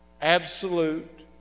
Absolute